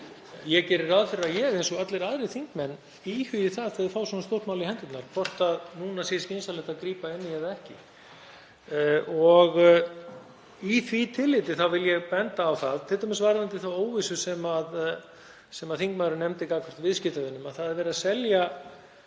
Ég geri ráð fyrir að ég, eins og allir aðrir þingmenn, íhugi það þegar þeir fá svona stórt mál í hendurnar hvort núna sé skynsamlegt að grípa inn í eða ekki. Í því tilliti vil ég benda á það, t.d. varðandi þá óvissu sem þingmaðurinn nefndi gagnvart viðskiptavinum, að það er verið að selja